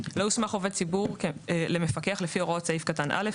(ב)לא יוסמך עובד ציבור למפקח לפי הוראות סעיף קטן (א),